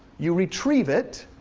you retrieve it,